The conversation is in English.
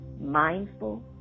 mindful